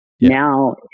Now